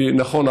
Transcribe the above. נכון,